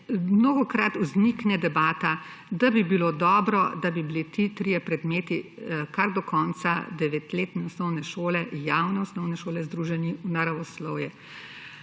mnogokrat vznikne debata, da bi bilo dobro, da bi bili ti trije predmeti kar do konca devetletne osnovne šole javne osnovne šole združeni v naravoslovje.